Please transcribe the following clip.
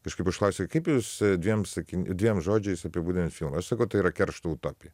kažkaip užklausė kaip jūs dviem sakin dviem žodžiais apibūdinat sakau tai yra keršto utopija